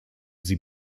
sie